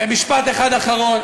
משפט אחד אחרון.